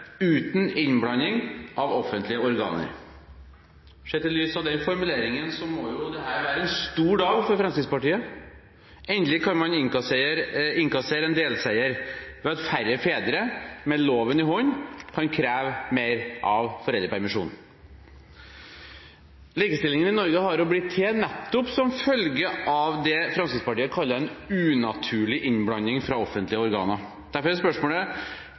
uten innblanding fra offentlige organer.» Sett i lys av den formuleringen må jo dette være en stor dag for Fremskrittspartiet. Endelig kan man innkassere en delseier ved at færre fedre – med loven i hånd – kan kreve mer av foreldrepermisjonen. Likestillingen i Norge har blitt til nettopp som følge av det Fremskrittspartiet kaller en unaturlig innblanding fra offentlige organer. Derfor er spørsmålet: